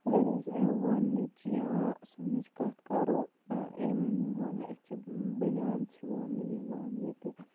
اَگر أسۍ ووننٕچ یا سُونٕچ کتھ کَرو ایٚم ووٚنہٕ أسۍ چھِ بنیان چھِ ووننہٕ یِوان ییٚتہِ